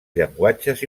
llenguatges